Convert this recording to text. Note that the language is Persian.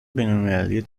بینالمللی